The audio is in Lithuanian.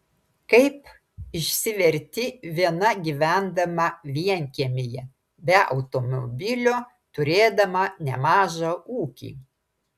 kaip išsiverti viena gyvendama vienkiemyje be automobilio turėdama nemažą ūkį